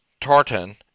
tartan